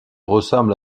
ressemble